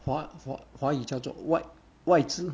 华华华语叫做外资